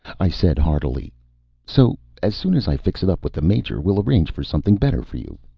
i said heartily so as soon as i fix it up with the major, we'll arrange for something better for you.